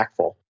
impactful